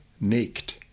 naked